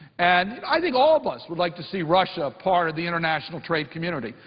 and i think all of us would like to see russia a part of the international trade community.